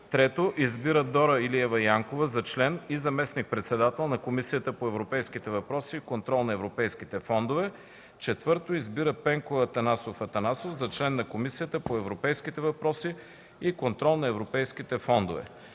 3. Избира Дора Илиева Янкова за член и заместник-председател на Комисията по европейските въпроси и контрол на европейските фондове. 4. Избира Пенко Атанасов Атанасов за член на Комисията по европейските въпроси и контрол на европейските фондове.”